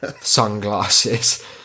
sunglasses